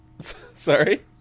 Sorry